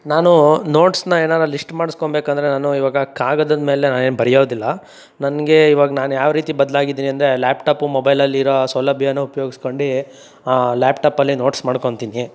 ನಾನೂ ನೋಟ್ಸ್ನ ಏನಾರೆ ಲಿಶ್ಟ್ ಮಾಡಿಸ್ಕೋಬೇಕಂದ್ರೆ ನಾನು ಇವಾಗ ಕಾಗದದ ಮೇಲೆ ನಾ ಏನು ಬರೆಯೋದಿಲ್ಲ ನನಗೆ ಇವಾಗ ನಾನು ಯಾವರೀತಿ ಬದಲಾಗಿದ್ದೀನಂದ್ರೆ ಲ್ಯಾಪ್ಟಾಪು ಮೊಬೈಲಲ್ಲಿರೋ ಸೌಲಭ್ಯನ ಉಪ್ಯೋಗ್ಸ್ಕೊಂಡು ಲ್ಯಾಪ್ಟಾಪಲ್ಲಿ ನೋಟ್ಸ್ ಮಾಡ್ಕೊಂತೀನಿ